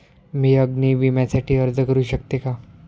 मी अग्नी विम्यासाठी अर्ज करू शकते का?